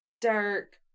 dark